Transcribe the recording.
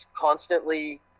constantly